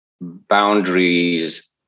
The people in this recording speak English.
boundaries